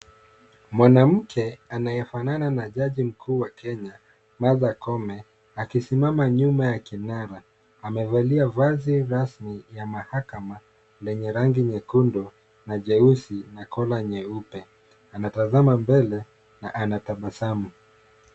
Mwanamke anayefanana na jaji mkuu wa Kenya Martha Koome akisimama nyuma ya kinara. Amevalia vazi rasmi ya mahakama lenye rangi nyekundu na jeusi na kola nyeupe. Anatazama mbele na anatabasamu.